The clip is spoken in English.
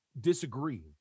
disagree